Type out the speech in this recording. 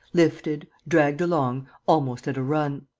lifted, dragged along, almost at a run.